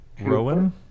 Rowan